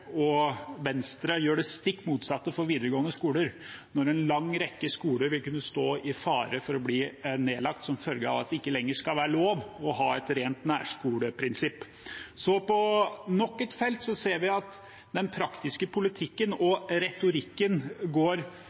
og Venstre, nå gjør det stikk motsatte for videregående skoler når en lang rekke skoler vil kunne stå i fare for å bli nedlagt som følge av at det ikke lenger skal være lov å ha et rent nærskoleprinsipp. Så på nok et felt ser vi at den praktiske politikken og retorikken går